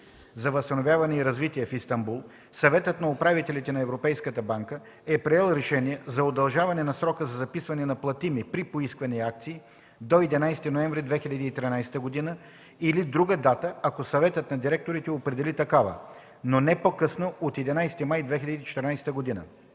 за възстановяване и развитие в Истанбул, Съветът на управителите на ЕБВР е приел решение за удължаване на срока за записване на платими при поискване акции до 11 ноември 2013 г. или друга дата, ако Съветът на директорите определи такава, но не по-късно от 11 май 2014 г.